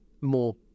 more